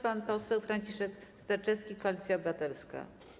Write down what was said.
Pan poseł Franciszek Sterczewski, Koalicja Obywatelska.